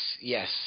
Yes